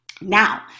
Now